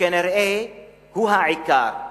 כנראה הוא העיקר.